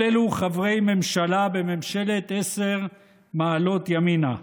כל אלו חברי ממשלה בממשלת עשר מעלות ימינה.